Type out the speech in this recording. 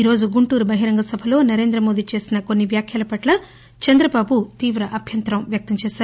ఈరోజు గుంటూరు బహిరంగ సభలో మోదీ చేసిన కొన్సి వ్యాఖ్యల పట్ల చంద్రబాబు తీవ్ర అభ్యంతరం వ్యక్తం చేశారు